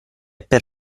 per